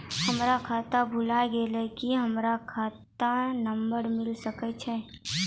हमर खाता भुला गेलै, की हमर खाता नंबर मिले सकय छै?